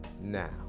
now